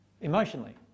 Emotionally